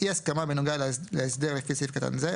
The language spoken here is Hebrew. אי הסכמה בנוגע להסדר לפי סעיף קטן זה,